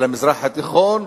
של המזרח התיכון,